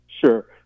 Sure